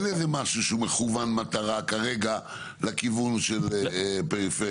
אין איזה משהו שהוא מכוון מטרה כרגע לכיוון של פריפריה.